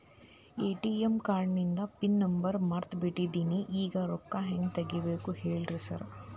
ATM ಕಾರ್ಡಿಂದು pin number ಮರ್ತ್ ಬಿಟ್ಟಿದೇನಿ ಈಗ ರೊಕ್ಕಾ ಹೆಂಗ್ ತೆಗೆಬೇಕು ಹೇಳ್ರಿ ಸಾರ್